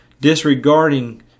disregarding